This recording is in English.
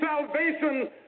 salvation